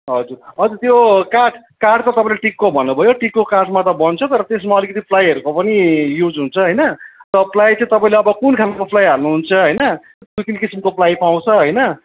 हजुर हजुर त्यो काठ काठ त तपाईँले टिकको भन्नुभयो टिकको काठमा त बन्छ तर त्यसमा चाहिँ अलिकति प्लाईहरूको पनि युज हुन्छ होइन त प्लाई चाहिँ तपाईँलाई अब कुन खालको प्लाई हाल्नुहुन्छ होइन दुई तिन किसिमको प्लाई पाउँछ होइन